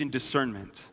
discernment